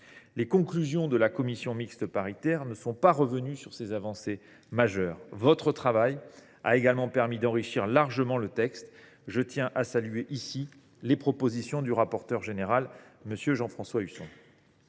Les conclusions de la commission mixte paritaire ne reviennent pas sur ces avancées majeures. Le travail du Sénat a également permis d’enrichir largement le texte. Je tiens à saluer ici les propositions du rapporteur général, M. Jean François Husson.